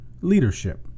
leadership